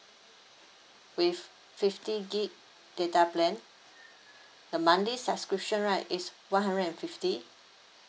with fifty gig data plan the monthly subscription right is one hundred and fifty